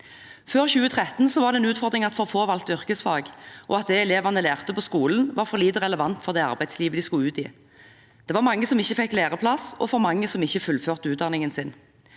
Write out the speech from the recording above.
Før 2013 var det en utfordring at for få valgte yrkesfag, og at det elevene lærte på skolen, var for lite relevant for det arbeidslivet de skulle ut i. Det var mange som ikke fikk læreplass, og for mange som ikke fullførte utdanningen sin.